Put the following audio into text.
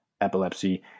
epilepsy